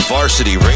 Varsity